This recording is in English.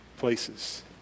places